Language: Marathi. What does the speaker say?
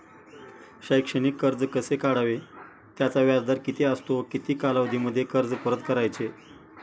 शैक्षणिक कर्ज कसे काढावे? त्याचा व्याजदर किती असतो व किती कालावधीमध्ये कर्ज परत करायचे?